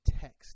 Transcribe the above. text